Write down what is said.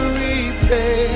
repay